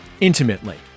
intimately